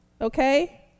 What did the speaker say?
Okay